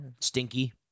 Stinky